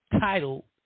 title